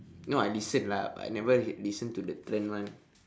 no I listen lah but I never listen to the trend one